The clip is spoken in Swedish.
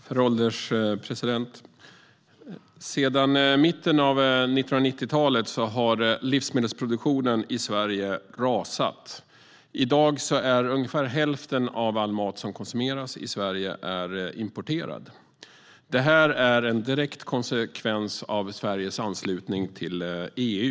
Herr ålderspresident! Sedan mitten av 1990-talet har livsmedelsproduktionen i Sverige rasat. I dag är ungefär hälften av all mat som konsumeras i Sverige importerad. Det är en direkt konsekvens av Sveriges anslutning till EU.